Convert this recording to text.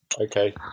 okay